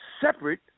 separate